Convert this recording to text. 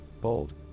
bold